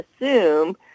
assume